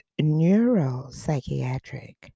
neuropsychiatric